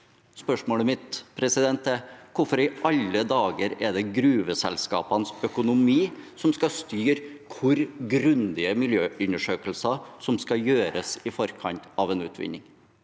Spørsmålet mitt er: Hvorfor i alle dager er det gruveselskapenes økonomi som skal styre hvor grundige miljøundersøkelser som skal gjøres i forkant av en utvinning?